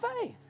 faith